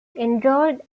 enrolled